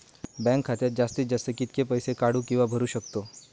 Bank खात्यात जास्तीत जास्त कितके पैसे काढू किव्हा भरू शकतो?